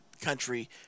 country